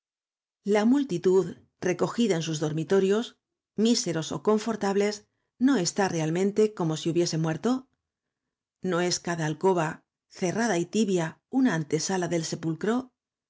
la multitud recogida en sus dormitorios míseros ó confortables no está realmente como si hubiese muerto no es cada alcoba cerrada y tibia una antesala del sepulcro